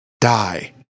die